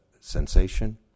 sensation